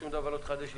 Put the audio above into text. שום דבר לא התחדש,